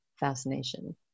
fascination